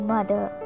Mother